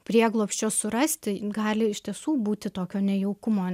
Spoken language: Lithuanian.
prieglobsčio surasti gali iš tiesų būti tokio nejaukumo